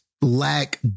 lack